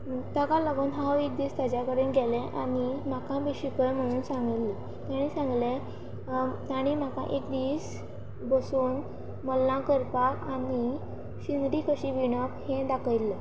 ताका लागून हांव एक दीस ताज्या कडेन गेलें आनी म्हाका बी शिकय म्हणून सांगिल्लें ताणीं सांगलें ताणी म्हाका एक दीस बसोवन मल्लां करपाक आनी शेंदरी कशी विणप हे दाखयल्लें